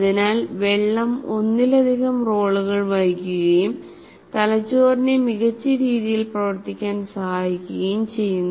അതിനാൽ വെള്ളം ഒന്നിലധികം റോളുകൾ വഹിക്കുകയും തലച്ചോറിനെ മികച്ച രീതിയിൽ പ്രവർത്തിക്കാൻ സഹായിക്കുകയും ചെയ്യുന്നു